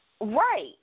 Right